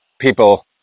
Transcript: people